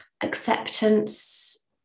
acceptance